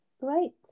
great